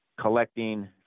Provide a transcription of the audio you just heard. collecting